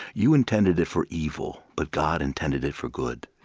you intended it for evil, but god intended it for good.